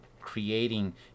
creating